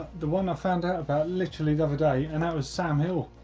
the one i found out about, literally the other day, and that was sam hill.